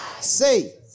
say